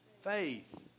Faith